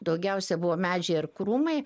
daugiausiai buvo medžiai ir krūmai